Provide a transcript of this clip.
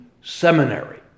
seminary